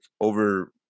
over